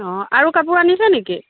অ' আৰু কাপোৰ আনিছে নেকি